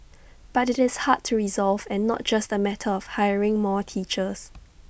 but IT is hard to resolve and not just A matter of hiring more teachers